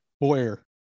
Boyer